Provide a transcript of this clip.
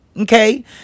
Okay